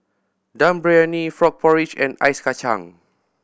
Dum Briyani frog porridge and Ice Kachang